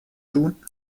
tun